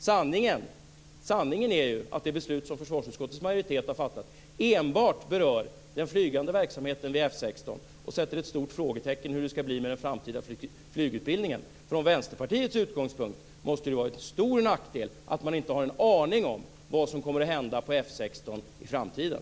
Sanningen är ju att det beslut som försvarsutskottets majoritet har fattat enbart berör den flygande verksamheten vid F 16 och sätter ett stort frågetecken när det gäller hur det ska bli med den framtida flygutbildningen. Från Vänsterpartiets utgångspunkt måste det vara en stor nackdel att man inte har en aning om vad som kommer att hända på F 16 i framtiden.